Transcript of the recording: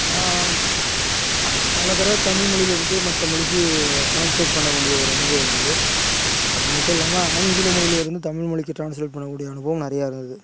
நான் பல தடவை தமிழ் மொழியிலேருந்து மற்ற மொழிக்கு ட்ரான்ஸ்லேட் பண்ணக்கூடிய ஒரு அனுபவம் இருந்தது அது மட்டும் இல்லாமல் ஆங்கில மொழியிலேருந்து தமிழ் மொழிக்கு ட்ரான்ஸ்லேட் பண்ணக்கூடிய அனுபவம் நிறையா இருந்தது